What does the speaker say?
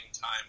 time